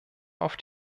auf